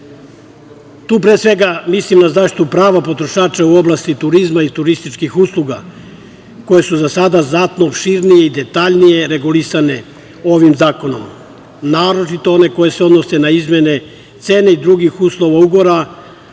pre svega mislim na zaštitu prava potrošača u oblasti turizma i turističkih usluga, koje su za sada znatno opširnije i detaljnije regulisane ovim zakonom. Naročito one koje se odnose na izmene cene i drugih uslova ugovora,